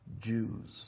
Jews